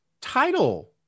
title